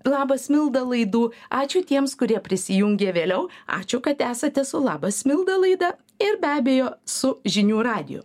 labas milda laidų ačiū tiems kurie prisijungė vėliau ačiū kad esate su labas milda laida ir be abejo su žinių radiju